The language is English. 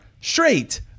straight